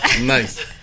Nice